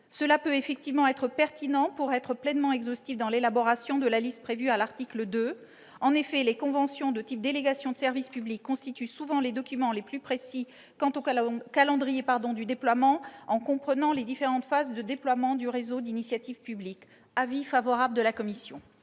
Cela peut effectivement être pertinent pour être pleinement exhaustif dans l'élaboration de la liste prévue à l'article 2. En effet, les conventions de type « délégation de service public » constituent souvent les documents les plus précis quant au calendrier du déploiement, en comprenant les différentes phases de déploiement du réseau d'initiative publique. En conséquence, la commission a